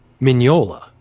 Mignola